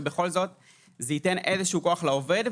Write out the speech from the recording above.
ובכל זאת זה ייתן איזשהו כוח לעובד,